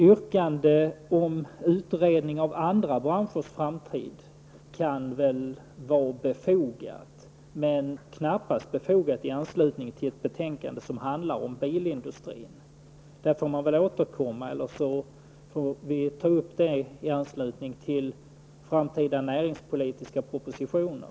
Yrkande om utredningar av andra branschers framtid kan nog vara befogade. Det är dock knappast befogat i anslutning till ett betänkande som handlar om bilindustrin. Man får återkomma eller också får vi ta upp det i anslutning till framtida näringspolitiska propositioner.